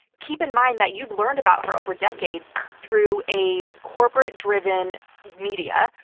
keep in mind that you've learned about her over decades through a corporate-driven media,